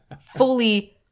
fully